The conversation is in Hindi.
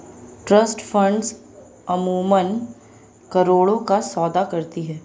ट्रस्ट फंड्स अमूमन करोड़ों का सौदा करती हैं